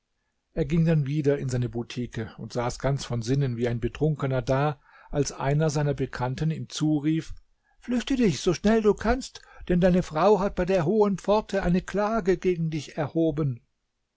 er ging dann wieder in seine butike und saß ganz von sinnen wie ein betrunkener da als einer seiner bekannten ihm zurief flüchte dich so schnell du kannst denn deine frau hat bei der hohen pforte eine klage gegen dich erhoben